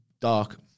Dark